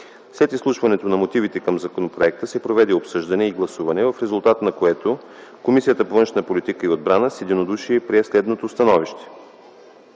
След изслушването на мотивите към законопроекта се проведе обсъждане и гласуване, в резултат на което Комисията по външна политика и отбрана с единодушие прие следното становище: